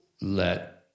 let